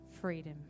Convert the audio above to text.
freedom